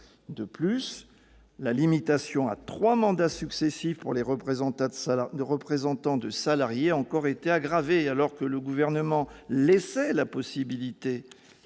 De plus, la limitation à trois mandats successifs pour les représentants des salariés a encore été aggravée. Alors que le Gouvernement souhaitait offrir la possibilité